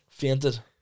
Fainted